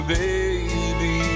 baby